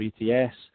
ETS